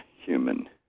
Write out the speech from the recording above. human